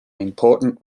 important